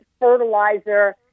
fertilizer